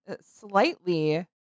slightly